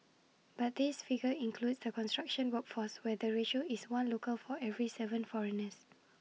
but this figure includes the construction workforce where the ratio is one local for every Seven foreigners